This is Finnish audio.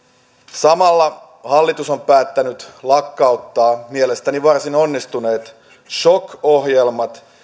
samalla hallitus on päättänyt lakkauttaa mielestäni varsin onnistuneet shok ohjelmat